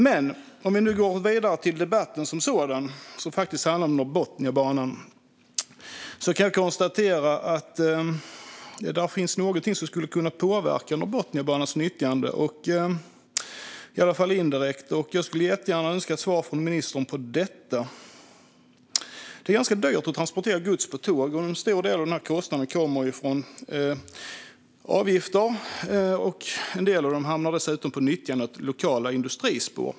Låt mig återgå till debatten, som ju handlar om Norrbotniabanan. Det finns något som åtminstone indirekt skulle kunna påverka banans nyttjande, och jag skulle gärna vilja få ett svar av ministern på en fundering jag har. Det är dyrt att transportera gods på tåg, och en stor del av kostnaden kommer från avgifter. En del av dem hamnar dessutom på nyttjande av lokala industrispår.